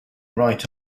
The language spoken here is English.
right